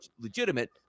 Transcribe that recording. legitimate